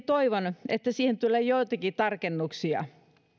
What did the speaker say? toivon kuitenkin että siihen tulee joitakin tarkennuksia